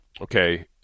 okay